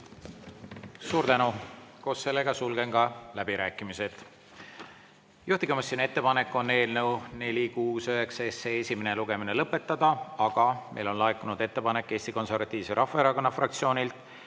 Suur tänu! Sulgen läbirääkimised. Juhtivkomisjoni ettepanek on eelnõu 469 esimene lugemine lõpetada, aga meile on laekunud ettepanek Eesti Konservatiivse Rahvaerakonna fraktsioonilt